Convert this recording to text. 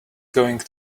going